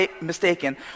mistaken